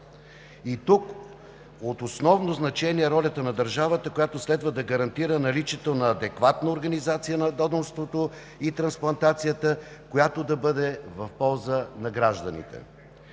И тук от основно значение е ролята на държавата, която следва да гарантира наличието на адекватна организация на донорството и трансплантацията, която да бъде в полза на гражданите.